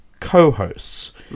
co-hosts